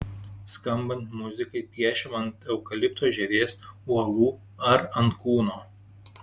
skambant muzikai piešiama ant eukalipto žievės uolų ar ant kūno